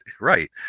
Right